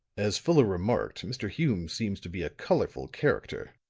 as fuller remarked, mr. hume seems to be a colorful character.